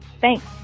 Thanks